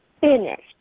finished